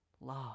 love